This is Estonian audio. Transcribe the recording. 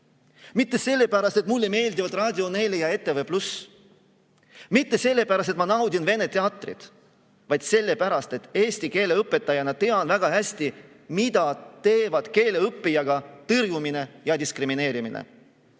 Mitte sellepärast, et mulle meeldivad Raadio 4 ja ETV+. Mitte sellepärast, et ma naudin Vene Teatrit. Hoopis sellepärast, et eesti keele õpetajana tean väga hästi, mida teevad keeleõppijaga tõrjumine ja diskrimineerimine.